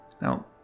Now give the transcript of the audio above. Now